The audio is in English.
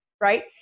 right